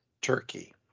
Turkey